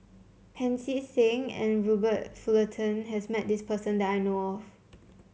Pancy Seng and Robert Fullerton has met this person that I know of